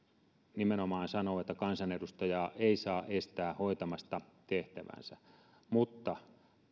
nimenomaan sanoo että kansanedustajaa ei saa estää hoitamasta tehtäväänsä mutta